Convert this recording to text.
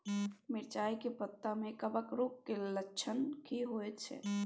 मिर्चाय के पत्ता में कवक रोग के लक्षण की होयत छै?